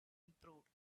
improved